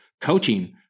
coaching